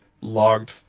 logged